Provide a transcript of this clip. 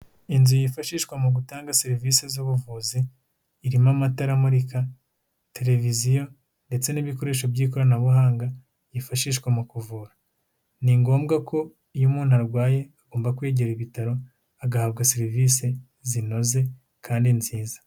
Inzu yifashishwa mu gutanga serivisi z'ubuvuzi, irimo amatara amurika, televiziyo ndetse n'ibikoresho by'ikoranabuhanga, byifashishwa mu kuvura, ni ngombwa ko iyo umuntu arwaye agomba kwegera ibitaro, agahabwa serivisi zinoze kandi nziza.